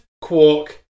Quark